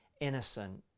innocent